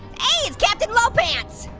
hey, it's caption low pants